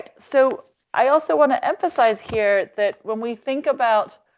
so i also want to emphasize here that when we think about,